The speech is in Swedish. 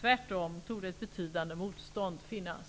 Tvärtom torde ett betydande motstånd finnas.